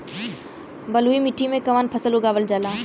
बलुई मिट्टी में कवन फसल उगावल जाला?